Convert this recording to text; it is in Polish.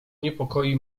niepokoi